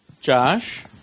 josh